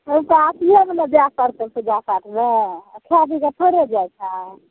आओर अथिएमे ने जाए पड़तै पूजा पाठमे खा खा पीके थोड़े जाइ छै